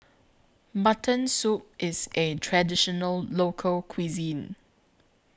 Mutton Soup IS A Traditional Local Cuisine